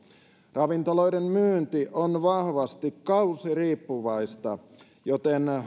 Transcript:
ravintoloiden myynti on vahvasti kausiriippuvaista joten